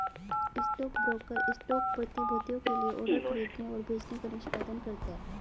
stockbroker stock प्रतिभूतियों के लिए ऑर्डर खरीदने और बेचने का निष्पादन करता है